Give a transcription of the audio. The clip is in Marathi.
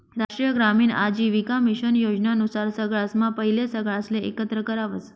राष्ट्रीय ग्रामीण आजीविका मिशन योजना नुसार सगळासम्हा पहिले सगळासले एकत्र करावस